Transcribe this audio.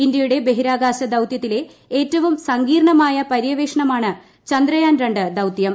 ഇന്ത്യയുടെ ബഹിരാകാശ ദൌത്യത്തിലെ ഏറ്റവും സങ്കീർണ്ണമായ പര്യവേഷണമാണ് ചന്ദ്രയാൻ രണ്ട് ദൌത്യം